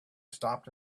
stopped